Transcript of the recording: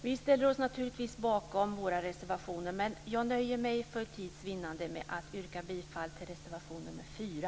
Vi ställer oss naturligtvis bakom våra reservationer. Men jag nöjer mig för tids vinnande med att yrka bifall till reservation nr 4.